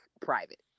private